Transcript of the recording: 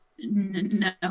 No